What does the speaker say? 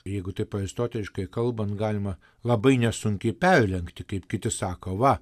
jeigu taip aristoteliškai kalbant galima labai nesunkiai perlenkti kaip kiti sako va